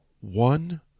one